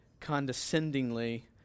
condescendingly